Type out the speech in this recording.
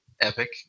Epic